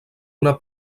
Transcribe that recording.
una